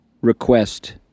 request